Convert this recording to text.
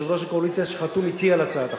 יושב-ראש הקואליציה, שחתום אתי על הצעת החוק,